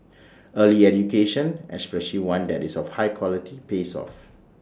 early education especially one that is of high quality pays off